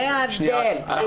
זה ההבדל.